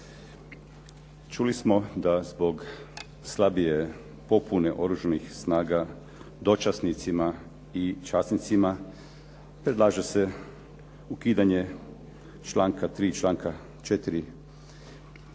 Čuli smo da zbog slabije popune Oružanih snaga dočasnicima i časnicima predlaže se ukidanje članka 3., članka 4.